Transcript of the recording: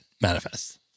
manifests